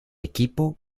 equipo